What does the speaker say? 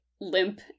limp